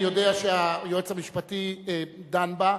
אני יודע שהיועץ המשפטי דן בה.